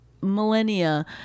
millennia